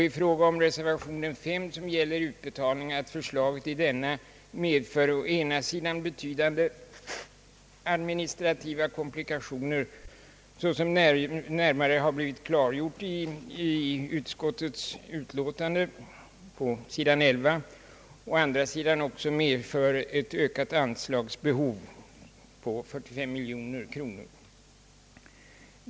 I fråga om reservation 5, som gäller utbetalningen, vill vi framhålla att förslaget i denna medför å ena sidan betydande administrativa komplikationer — såsom närmare har blivit klargjort på s. 11 i utskottets utlåtande — å andra sidan också medför ett ökat anslagsbehov av 45 miljoner kronor. Vi yrkar i båda dessa avseenden bifall till utskottets förslag.